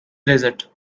desert